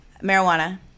Marijuana